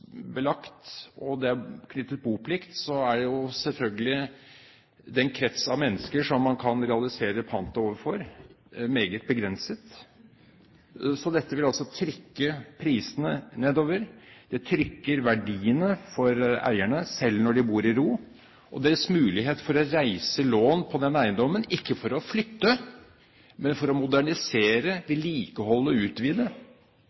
og det er knyttet boplikt til det, er selvfølgelig den krets av mennesker som man kan realisere pant overfor, meget begrenset. Dette vil altså trykke prisene nedover, det trykker verdiene nedover for eierne, selv når de bor i ro. Deres mulighet til å reise lån på den eiendommen, ikke for å flytte, men for å modernisere,